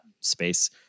space